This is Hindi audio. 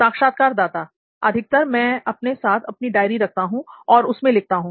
साक्षात्कारदाता अधिकतर मैं अपने साथ अपनी डायरी रखता हूं और उसमें लिखता हूं